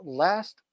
last